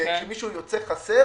שמישהו יוצא חסר